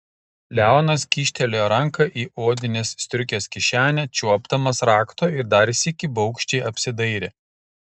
leonas kyštelėjo ranką į odinės striukės kišenę čiuopdamas rakto ir dar sykį baugščiai apsidairė